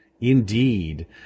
indeed